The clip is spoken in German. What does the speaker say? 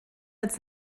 als